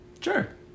Sure